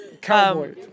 Cowboy